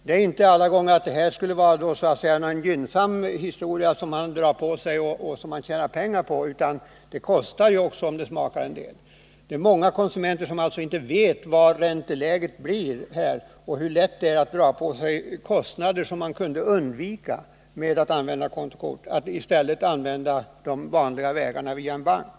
Det är inte alla gånger gynnsamt för konsumenten och något som konsumenten tjänar pengar på, utan smakar det så kostar det. Det är många konsumenter som inte vet vad räntan blir och hur lätt det är att dra på sig kostnader som man kunde undvika genom att i stället använda kontantköp eller de vanliga vägarna via en bank.